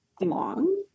long